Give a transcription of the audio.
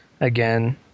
again